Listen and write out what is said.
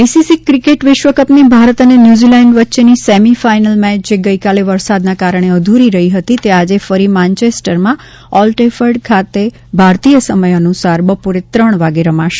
ICC cricket વિશ્વકપની ભારત અને New Zealand વચ્ચેની સેમી ફાઈનલ મેચ જે ગઈકાલે વરસાદના કારણે અધુરી રહી હતી તે આજે ફરી માનચેસ્ટરમાં ઓલ ટેફર્ડ ખાતે ભારતીય સમય અનુસાર બપોરે ત્રણ વાગે રમાશે